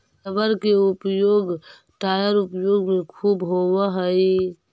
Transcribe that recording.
rubber के उपयोग tyre उद्योग में ख़ूब होवऽ हई